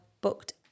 booked